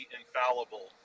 infallible